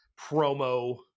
promo